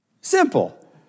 Simple